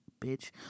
Bitch